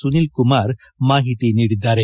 ಸುನಿಲ್ ಕುಮಾರ್ ಮಾಹಿತಿ ನೀಡಿದ್ದಾರೆ